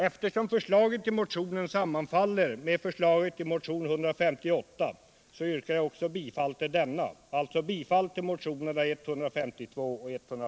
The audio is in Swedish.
Eftersom förslaget i motionen sammanfaller med förslaget i motionen 158, yrkar jag även bifall till denna.